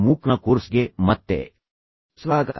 ಮೂಕ್ನ ಕೋರ್ಸ್ಗೆ ಮತ್ತೆ ಸ್ವಾಗತ